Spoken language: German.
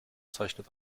zeichnet